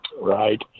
Right